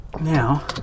Now